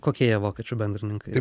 kokie jie vokiečių bendrininkai